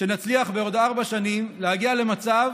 שנצליח בעוד ארבע שנים להגיע למצב